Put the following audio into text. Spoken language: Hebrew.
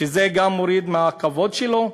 שזה גם מוריד מהכבוד שלו.